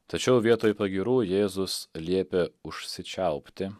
tačiau vietoj pagyrų jėzus liepė užsičiaupti